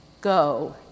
go